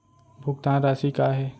भुगतान राशि का हे?